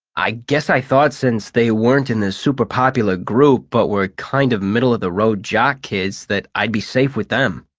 i guess i thought since they weren't in the super-popular group but were kind of middle-of-the-road jock kids that i'd be safe with them.